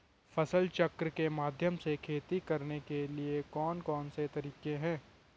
फसल चक्र के माध्यम से खेती करने के लिए कौन कौन से तरीके हैं?